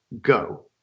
Go